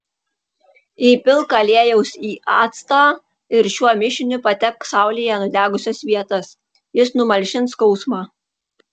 įpilk aliejaus į actą ir šiuo mišiniu patepk saulėje nudegusias vietas jis numalšins skausmą